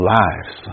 lives